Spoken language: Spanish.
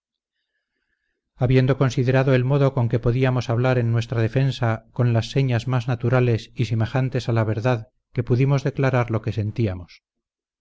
habiendo considerado el modo con que podíamos hablar en nuestra defensa con las señas más naturales y semejantes a la verdad que pudimos declarar lo que sentíamos